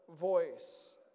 voice